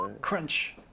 Crunch